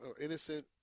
innocent